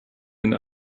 and